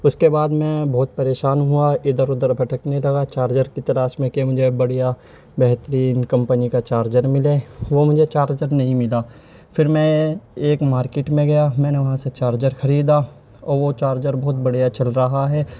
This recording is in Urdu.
اس کے بعد میں بہت پریشان ہوا ادھر ادھر بھٹکنے لگا چارجر کی تلاش میں کہ مجھے بڑھیا بہترین کمپنی کا چارجر ملے وہ مجھے چارجر نہیں ملا پھر میں ایک مارکیٹ میں گیا میں نے وہاں سے چارجر خریدا اور وہ چارجر بہت بڑھیا چل رہا ہے